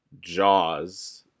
Jaws